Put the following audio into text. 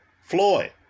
Floyd